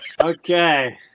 Okay